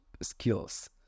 skills